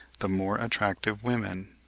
the more attractive women.